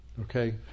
Okay